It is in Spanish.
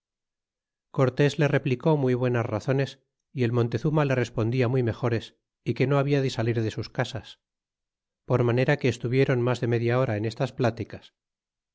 cortés le replicó muy buenas razones y el montezuma le remmdia muy mejores y que no habia de salir de sus casas por manera que estuvieron mas de media hora en estas pláticas